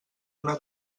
una